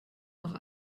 noch